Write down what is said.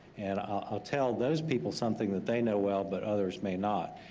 and i'll tell those people something that they know well but others may not.